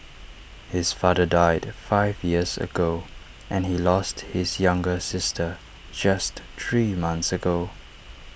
his father died five years ago and he lost his younger sister just three months ago